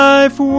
Life